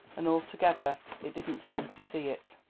and altogether it didn't seem to see it.